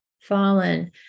fallen